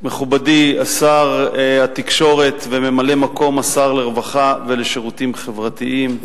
מכובדי שר התקשורת וממלא-מקום שר הרווחה ושירותים חברתיים,